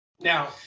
Now